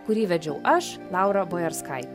kurį vedžiau aš laura bojarskaitė